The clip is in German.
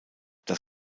das